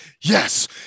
yes